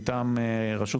מטעם רשות